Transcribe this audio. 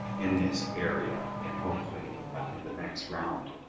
in this area. and hopefully in the next round,